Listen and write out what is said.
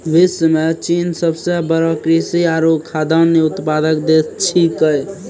विश्व म चीन सबसें बड़ो कृषि आरु खाद्यान्न उत्पादक देश छिकै